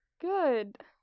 Good